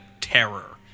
terror